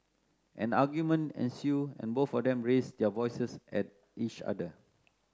an argument ensued and both of them raised their voices at each other